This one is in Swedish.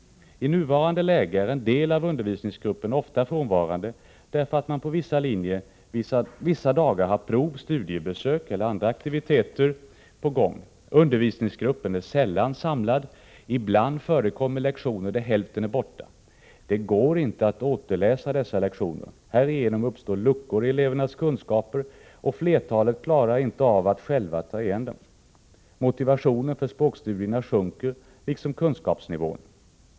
I nuvarande läge är en del av undervisningsgruppen ofta frånvarande, därför att man på vissa linjer vissa dagar har prov, studiebesök eller andra aktiviteter på gång. Undervisningsgruppen är sällan samlad. Ibland förekommer lektioner där hälften är borta. Det går inte att återläsa dessa lektioner. Härigenom uppstår luckor i elevernas kunskaper, och flertalet klarar inte av att själva ta igen dem. Motivationen för språkstudierna sjunker liksom kunskapsnivån.